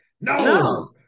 No